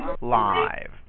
live